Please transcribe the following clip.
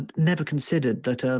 and never considered that ah